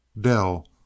Dell